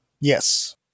Yes